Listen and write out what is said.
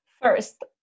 First